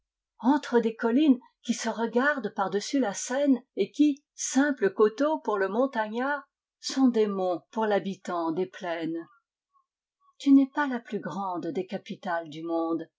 entre des collines qui se regardent pardessus la seine et qui simples coteaux pour le montagnard sont des monts pour l'habitant des plaines tu n'es pas la plus grande des capitales du monde